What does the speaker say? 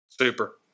Super